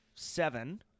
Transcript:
Seven